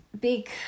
big